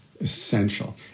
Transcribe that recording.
essential